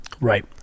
Right